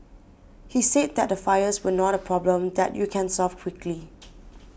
he said that the fires were not a problem that you can solve quickly